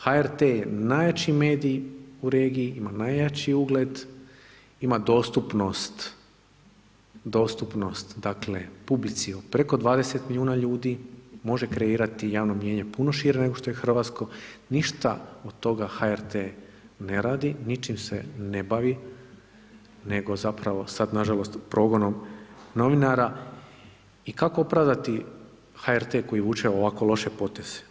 HRT je najjači medij u regiji, ima najjači ugled, ima dostupnost dakle publici od preko 20 milijuna ljudi, može kreirati javno mnijenje puno šire nego što je hrvatsko, ništa od toga HRT ne radi, ničim se ne bavi nego zapravo sad nažalost progonom novinara i kako opravdati HRT koji vuče ovako loše poteze?